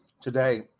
today